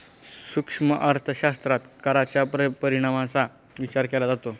सूक्ष्म अर्थशास्त्रात कराच्या परिणामांचा विचार केला जातो